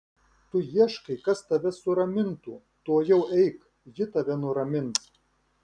tu ieškai kas tave suramintų tuojau eik ji tave nuramins